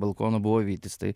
balkono buvo vytis tai